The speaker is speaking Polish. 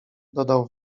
dodał